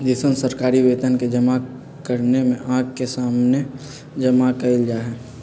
जैसन सरकारी वेतन के जमा करने में आँख के सामने जमा कइल जाहई